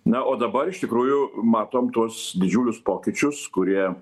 na o dabar iš tikrųjų matom tuos didžiulius pokyčius kurie